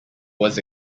was